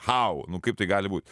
hau nu kaip tai gali būt